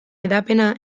hedapena